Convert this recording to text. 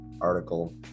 article